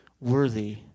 worthy